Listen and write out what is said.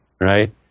right